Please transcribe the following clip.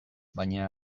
baina